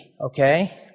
okay